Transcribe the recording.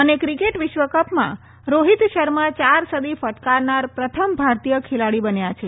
અને ક્રિકેટ વિશ્વકપમાં રોહિત શર્મા ચાર સદી ફટકારનાર પ્રથમ ભારતીય ખેલાડી બન્યો છે